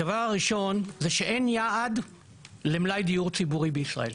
הדבר הראשון זה שאין יעד למלאי דיור ציבורי בישראל.